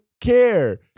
care